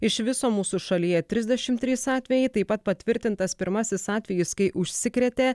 iš viso mūsų šalyje trisdešim trys atvejai taip pat patvirtintas pirmasis atvejis kai užsikrėtė